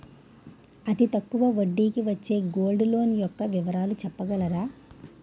అతి తక్కువ వడ్డీ కి వచ్చే గోల్డ్ లోన్ యెక్క వివరాలు చెప్పగలరా?